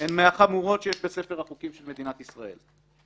הן מהחמורות שיש בספר החוקים של מדינת ישראל.